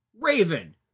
Raven